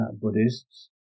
Buddhists